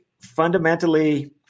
fundamentally